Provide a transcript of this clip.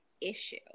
issue